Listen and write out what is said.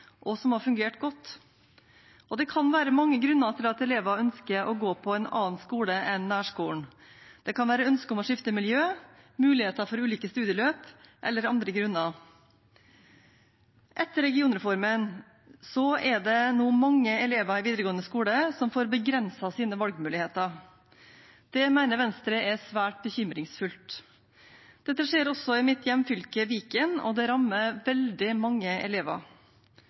og som har fungert godt. Det kan være mange grunner til at elever ønsker å gå på en annen skole enn nærskolen. Det kan være ønske om å skifte miljø, mulighet for ulike studieløp eller andre grunner. Etter regionreformen er det nå mange elever i videregående skole som får begrenset sine valgmuligheter. Det mener Venstre er svært bekymringsfullt. Dette skjer også i mitt hjemfylke, Viken, og det rammer veldig mange elever.